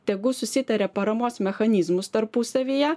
tegu susitaria paramos mechanizmus tarpusavyje